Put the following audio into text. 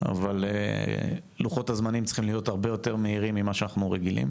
אבל לוחות הזמנים צריכים להיות הרבה יותר מהירים ממה שאנחנו רגילים.